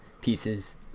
pieces